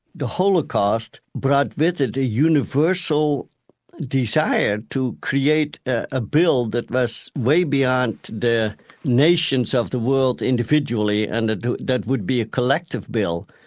the holocaust brought with it a universal desire to create a bill that was way beyond the nations of the world individually, and that would be a collective bill.